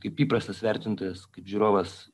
kaip įprastas vertintojas kaip žiūrovas